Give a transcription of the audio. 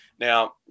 Now